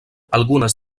algunes